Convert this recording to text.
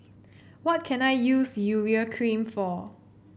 what can I use Urea Cream for